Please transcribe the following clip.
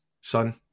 Son